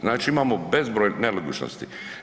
Znači imamo bezbroj nelogičnosti.